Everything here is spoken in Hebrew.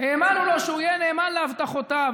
האמנו לו שהוא יהיה נאמן להבטחותיו,